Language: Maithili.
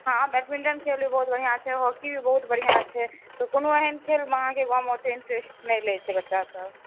हाँ बैडमिण्टन खेल भी बहुत बढ़ियाँ छै हॉकी भी बहुत बढ़ियाँ छै तऽकोनो एहन खेलमऽअहाँकेँ गाँवमऽ ओते इन्ट्रेस्ट नहि लेइ छै बच्चासभ